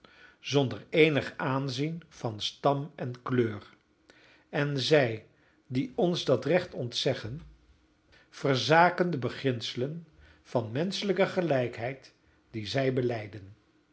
zonder eenig aanzien van stam en kleur en zij die ons dat recht ontzeggen verzaken de beginselen van menschelijke gelijkheid die zij